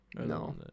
No